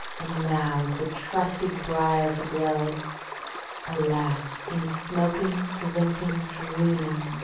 and now the trusty briar's aglow alas! in smoking, drinking, dreaming,